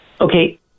Okay